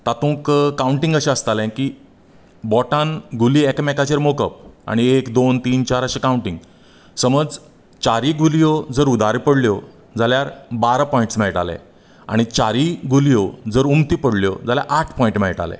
तातूंक काउंन्टींग अशें आसतालें की बोटान गुली एकामेकांचेर मोकप आनी एक दोन तीन चार अशें काउंन्टींग समज चारीय गुलयो जर उधारी पडल्यो जाल्यार बारा पॉयन्टस मेळटालें आनी चारीय गुलयो जर उमथ्यो पडल्यो जाल्यार आठ पॉयन्टस मेळटालें